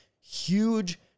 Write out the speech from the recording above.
Huge